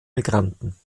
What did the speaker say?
migranten